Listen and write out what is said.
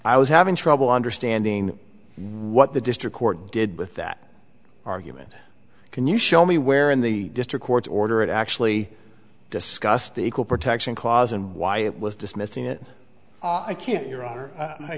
i was having trouble understanding what the district court did with that argument can you show me where in the district court's order it actually discussed the equal protection clause and why it was dismissing it i can't your